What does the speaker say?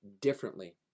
differently